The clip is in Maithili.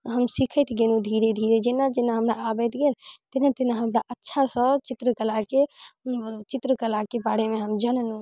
हम सीखैत गेलहुँ धीरे धीरे जेना जेना हमरा आबैत गेल तेना तेना हमरा अच्छासँ चित्र कलाके चित्र कलाके बारेमे हम जनलहुँ